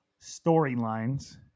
storylines